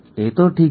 એ તો ઠીક છે